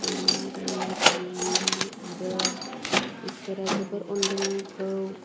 बेनो आरो आंनि इसोरनि अननाय आरो इसोरा जोबोद अन्दों आंखौ